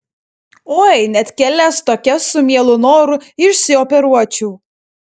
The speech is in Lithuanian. oi net kelias tokias su mielu noru išsioperuočiau